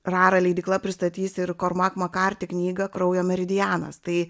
rara leidykla pristatys ir kormak makarti knygą kraujo meridianas tai